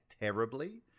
terribly